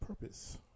purpose